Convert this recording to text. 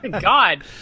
God